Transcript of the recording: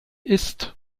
ist